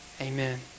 Amen